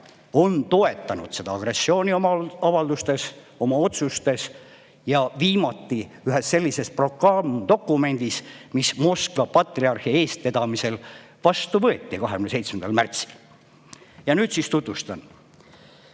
on toetanud seda agressiooni oma avaldustes ja oma otsustes. Viimati ühes sellises programmdokumendis, mis võeti Moskva patriarhi eestvedamisel vastu 27. märtsil. Nüüd ma siis tutvustan